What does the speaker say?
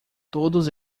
todos